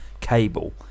cable